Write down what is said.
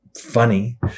funny